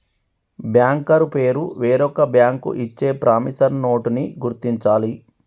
banker పేరు వేరొక bank ఇచ్చే ప్రామిసరీ నోటుని గుర్తించాలి